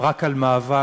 רק על מאבק